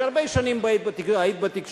הרבה שנים היית בתקשורת,